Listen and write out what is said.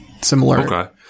Similar